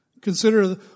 Consider